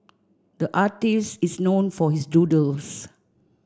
the artist is known for his doodles